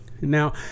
Now